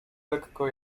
lekko